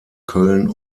köln